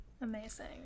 Amazing